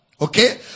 Okay